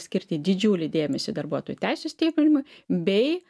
skirti didžiulį dėmesį darbuotojų teisių stiprinimui bei